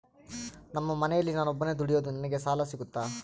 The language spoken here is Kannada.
ನಮ್ಮ ಮನೆಯಲ್ಲಿ ನಾನು ಒಬ್ಬನೇ ದುಡಿಯೋದು ನನಗೆ ಸಾಲ ಸಿಗುತ್ತಾ?